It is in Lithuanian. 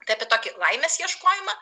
kad ir tokį laimės ieškojimą